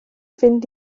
fynd